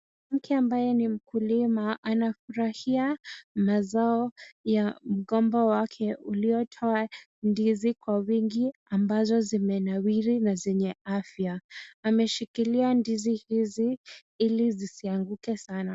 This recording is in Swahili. Mwanamke ambaye ni mkulima, anafurahia mazao ya mgomba wake, uliotoa ndizi kwa wingi, ambazo zimenawiri na zenye afya. Ameshikilia ndizi hizi ili zisianguke sana.